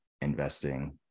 investing